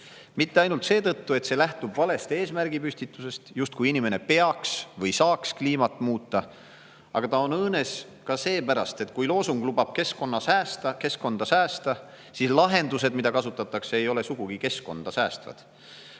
Mitte ainult seetõttu, et see lähtub valest eesmärgipüstitusest, justkui inimene peaks kliimat muutma või saaks seda muuta, aga see on õõnes ka seepärast, et kui loosung lubab keskkonda säästa, siis lahendused, mida kasutatakse, ei ole sugugi keskkonda säästvad.